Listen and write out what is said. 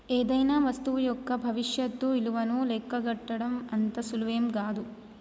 ఏదైనా వస్తువు యొక్క భవిష్యత్తు ఇలువను లెక్కగట్టడం అంత సులువేం గాదు